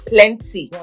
Plenty